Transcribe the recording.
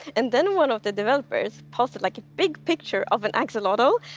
and then, one of the developers posted like a big picture of an axolotl,